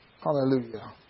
Hallelujah